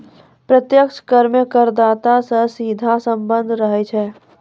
प्रत्यक्ष कर मे करदाता सं सीधा सम्बन्ध रहै छै